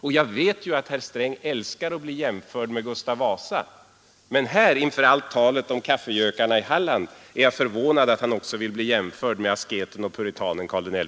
Och jag vet att EN Re herr Sträng älskar att bli jämförd med Gustav Vasa. Men här, inför allt — fondens förvaltning, m.m. talet om kaffegökarna i Halland, är jag förvånad över att herr Sträng också vill bli jämförd med asketen och puritanen Karl XI.